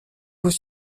vous